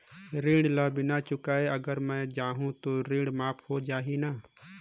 ऋण ला बिना चुकाय अगर मै जाहूं तो ऋण माफ हो जाही न?